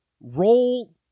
roll